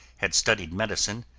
had studied medicine,